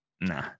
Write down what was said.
nah